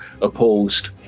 opposed